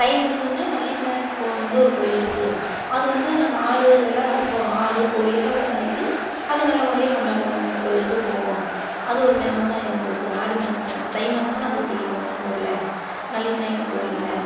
தை முடிஞ்சதுமே நல்லி நாயகி கோயில்னு ஒரு கோயில் இருக்குது அது வந்து நாங்கள் ஆடு எல்லாம் அறுப்போம் ஆடு கோழி எல்லாம் போய் அறுத்து அதையும் நல்ல மாதிரியா கொண்டாடுவோம்ங்க அந்த கோவிலுக்கு போவோம் அது ஒரு ஃபேமஸு எங்களுக்கு ஆடிமாதம் அந்த தை மாதமும் நாங்கள் தான் செய்வோம்ங்க எங்கள் ஊரில் நல்லி நாயகி கோயிலில்